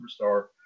superstar